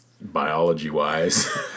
Biology-wise